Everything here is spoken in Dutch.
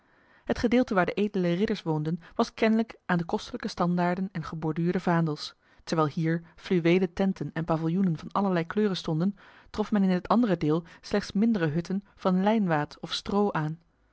het gedeelte waar de edele ridders woonden was kenlijk aan de kostelijke standaarden en geborduurde vaandels terwijl hier fluwelen tenten en paviljoenen van allerlei kleuren stonden trof men in het andere deel slechts mindere hutten van lijnwaad of stro aan